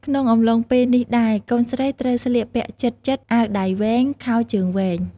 ក្នុងអំឡុងពេលនេះដែរ កូនស្រីត្រូវស្លៀកពាក់ជិតៗ អាវដៃវែង ខោជើងវែង។